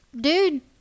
dude